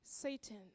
Satan